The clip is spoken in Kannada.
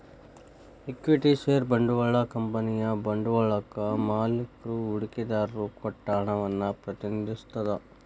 ಇಕ್ವಿಟಿ ಷೇರ ಬಂಡವಾಳ ಕಂಪನಿಯ ಬಂಡವಾಳಕ್ಕಾ ಮಾಲಿಕ್ರು ಹೂಡಿಕೆದಾರರು ಕೊಟ್ಟ ಹಣವನ್ನ ಪ್ರತಿನಿಧಿಸತ್ತ